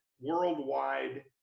worldwide